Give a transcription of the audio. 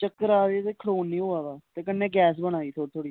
चक्कर आरदे खढोन नेई होआ दा ते कन्नै गैस बना दी थोह्ड़ी थोह्ड़ी